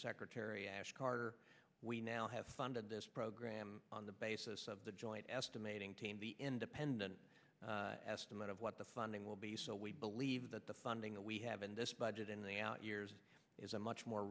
secretary ash carter we now have funded this program on the basis of the joint estimating team the independent estimate of what the funding will be so we believe that the funding that we have in this budget in the out years is a much more